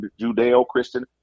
Judeo-Christian